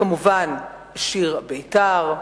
כמובן את "שיר בית"ר",